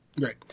Right